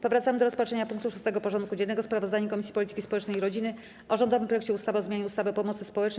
Powracamy do rozpatrzenia punktu 6. porządku dziennego: Sprawozdanie Komisji Polityki Społecznej i Rodziny o rządowym projekcie ustawy o zmianie ustawy o pomocy społecznej.